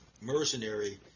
mercenary